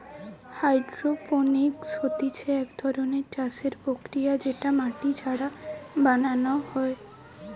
hydroponics হতিছে এক ধরণের চাষের প্রক্রিয়া যেটা মাটি ছাড়া বানানো হয়ঢু